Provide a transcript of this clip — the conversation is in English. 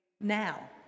now